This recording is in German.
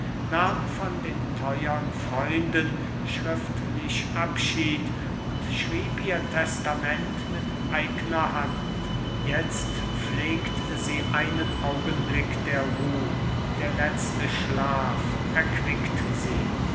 nahm von den teuern freunden schriftlich abschied und schrieb ihr testament mit eigner hand jetzt pflegt sie einen augenblick der ruh der letzte schlaf erquickt sie